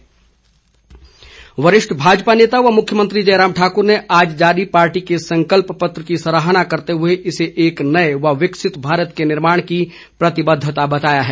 मुख्यमंत्री वरिष्ठ भाजपा नेता व मुख्यमंत्री जयराम ठाकुर ने आज जारी पार्टी के संकल्प पत्र की सराहना करते हुए इसे एक नए व विकसित भारत के निर्माण की प्रतिबद्धता बताया है